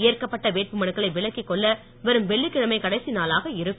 ஏற்கனப்பட்ட வேட்புமனுக்களை விலக்கிக் கொள்ள வரும் வெள்ளிக்கிழமை கடைசி நாளாக இருக்கும்